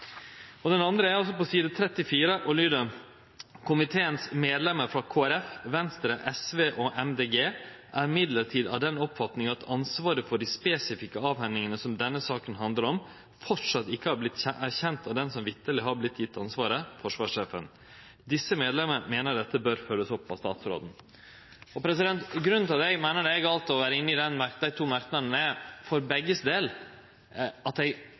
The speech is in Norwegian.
av den oppfatning at ansvaret for de spesifikke avhendingene som denne saken handler om, fortsatt ikke har blitt erkjent av den som vitterlig har blitt gitt ansvaret: forsvarssjefen. Disse medlemmer mener dette bør følges opp av statsråden.» Grunnen til at eg meiner det er galt å vere inne i dei to merknadene, er at